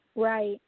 Right